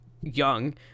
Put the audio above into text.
young